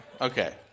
Okay